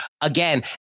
again